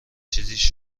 چیزیش